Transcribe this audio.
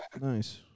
Nice